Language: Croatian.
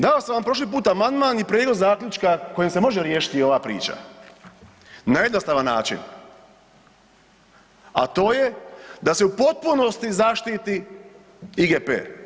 Dao sam vam prošli puta amandman i prijedlog zaključka kojim se može riješiti ova priča na jednostavan način, a to je da se u potpunosti zaštiti IGP.